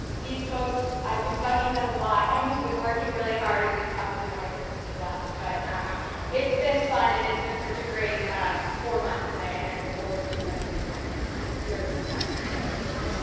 these folks, i've been bugging them a lot. and we've been working really hard and they probably want to hear from me less. but um it's been fun and it's been such a great four months and i and i look forward to spending more time time here and with them. joshua dubois so